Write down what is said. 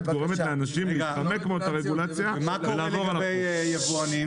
גורמת לאנשים להתחמק מאותה רגולציה ולעבור על החוק.